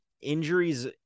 injuries